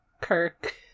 Kirk